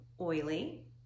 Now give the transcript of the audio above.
oily